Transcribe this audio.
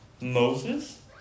Moses